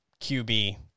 QB